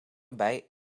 bij